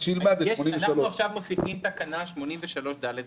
שילמד את תקנה 83. אנחנו עכשיו מוסיפים את תקנה 83ד רבא,